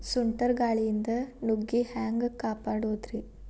ಸುಂಟರ್ ಗಾಳಿಯಿಂದ ನುಗ್ಗಿ ಹ್ಯಾಂಗ ಕಾಪಡೊದ್ರೇ?